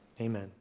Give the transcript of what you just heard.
amen